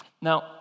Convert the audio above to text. now